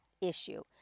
issue